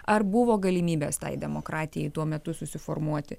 ar buvo galimybės tai demokratijai tuo metu susiformuoti